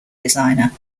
designer